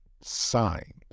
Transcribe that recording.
signs